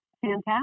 fantastic